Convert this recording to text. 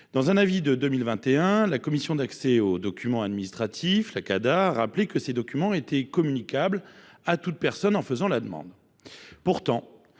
Dans un avis de 2021, la Commission d’accès aux documents administratifs (Cada) a rappelé que ces documents étaient communicables à toute personne en faisant la demande.